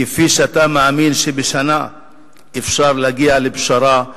כפי שאתה מאמין שבשנה אפשר להגיע לפשרה,